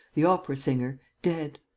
the opera-singer, dead,